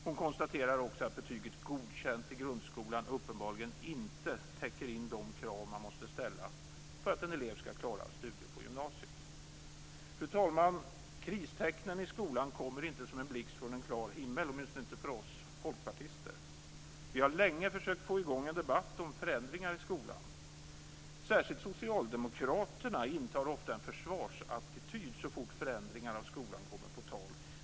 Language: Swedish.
Hon konstaterar också att betyget Godkänd i grundskolan uppenbarligen inte täcker in de krav man måste ställa för att en elev skall klara studier på gymnasiet. Fru talman! Kristecknen i skolan kommer inte som en blixt från en klar himmel, åtminstone inte för oss folkpartister. Vi har länge försökt att få i gång en debatt om skolan. Särskilt socialdemokraterna intar ofta en försvarsattityd så fort förändringar av skolan kommer på tal.